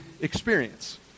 experience